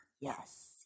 Yes